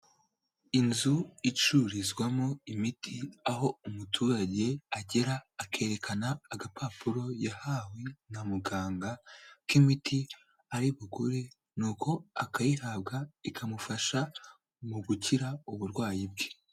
Inzu icurizwamo imiti aho umuturage agera akerekana agapapuro yahawe na muganga k'imiti ari bugure ni uko akayihabwa ikamufasha mu gukira uburwayi bwe.